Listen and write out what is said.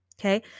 Okay